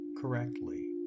correctly